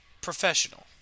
professional